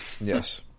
Yes